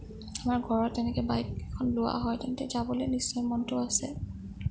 আমাৰ ঘৰত তেনেকৈ বাইক এখন লোৱা হয় তেন্তে যাবলৈ নিশ্চয় মনটো আছে